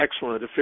excellent